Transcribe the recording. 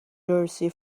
jersey